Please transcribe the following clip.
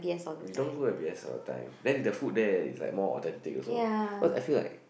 we don't go and waste our time then the food there is like more authentic also because I feel like